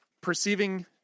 Perceiving